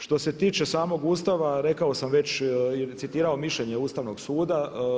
Što se tiče samog Ustava, rekao sam već i citirao mišljenje Ustavnog suda.